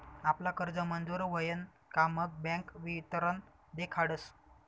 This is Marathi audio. आपला कर्ज मंजूर व्हयन का मग बँक वितरण देखाडस